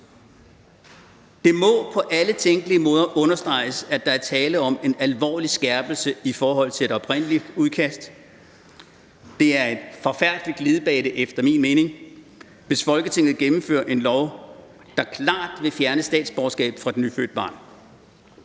Det må på alle tænkelige måder understreges, at der er tale om en alvorlig skærpelse i forhold til et oprindeligt udkast, og det er en forfærdelig glidebane efter min mening, hvis Folketinget gennemfører et lovforslag, der klart vil fjerne statsborgerskab fra et nyfødt barn.